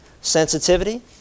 Sensitivity